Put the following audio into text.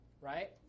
right